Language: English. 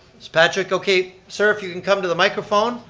is patrick okay? sir, if you can come to the microphone,